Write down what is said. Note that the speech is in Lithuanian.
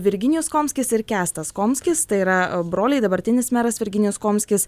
virginijus komskis ir kęstas komskis tai yra broliai dabartinis meras virginijus komskis